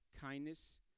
kindness